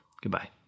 Goodbye